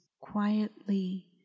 Quietly